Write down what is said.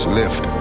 lift